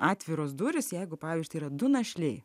atviros durys jeigu pavyzdžiui yra du našliai